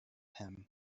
him